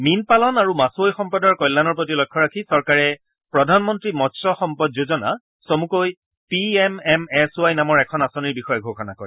মীন পালন আৰু মাছুৱৈ সম্প্ৰদায়ৰ কল্যাণৰ প্ৰতি লক্ষ্য ৰাখি চৰকাৰে প্ৰধানমন্ত্ৰী মৎস্য সম্পদ যোজনা চমুকৈ P M M S Y নামৰ এখন আঁচনিৰ বিষয়ে ঘোষণা কৰে